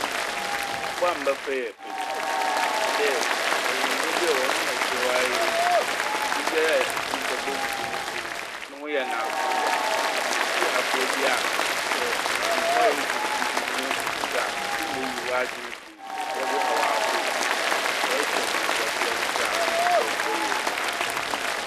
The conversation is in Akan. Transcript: Abowa a mebɛfa yɛ petu. Ɔnam dɛ wɔyɛ mbowa bi a hɔn ho yɛ fɛw ara yie. Aber biara a nyimpa bohu bi so no, no ho yɛ akɔndɔ. Petu yɛ abowa bi a, sɛ etsena hɔ rodwen biribi ho na ehu petu a otum yi w'adwen fi ndzɛwa - wahorow pii do. Ɛhwɛ hɔn bɔbea no so a ɔno so ɔboa yie paa.